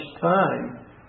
time